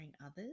others